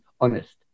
honest